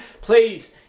Please